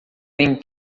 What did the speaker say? tem